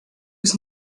was